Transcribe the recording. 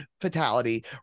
fatality